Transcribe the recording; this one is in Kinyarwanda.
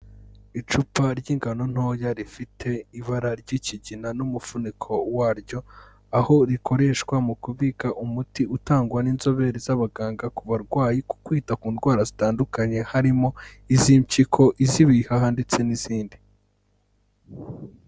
Icupa ry'ingano ntoya rifite ibara ry'ikigina n'umufuniko waryo aho rikoreshwa mu kubika umuti utangwa n'inzobere z'abaganga ku barwayi ku kwita ku ndwara zitandukanye harimo iz'impyiko, iz'ibihaha ndetse n'izindi.